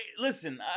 listen